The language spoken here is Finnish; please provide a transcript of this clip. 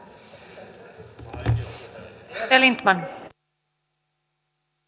arvoisa puhemies